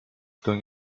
doing